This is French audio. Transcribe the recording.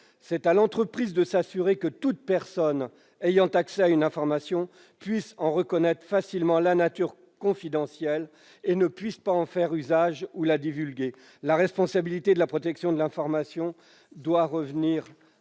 C'est à l'entreprise de s'assurer que toute personne ayant accès à une information puisse en reconnaître facilement la nature confidentielle et ne puisse pas en faire usage ou la divulguer. La responsabilité de la protection de l'information doit lui revenir.